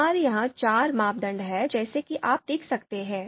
हमारे यहां चार मापदंड हैं जैसा कि आप देख सकते हैं